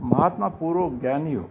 महात्मा पूरो ज्ञानी हुओ